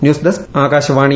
news desk Akashvani